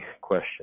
question